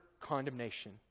condemnation